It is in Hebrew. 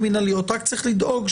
ולגליזציה,